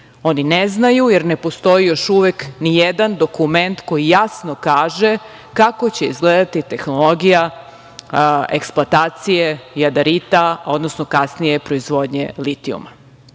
oni ne znaju, jer ne postoji još uvek nijedan dokument koji jasno kaže kako će izgledati tehnologija eksploatacije jadarita, odnosno kasnije proizvodnje litijuma.